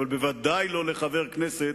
אבל בוודאי לא לחבר כנסת,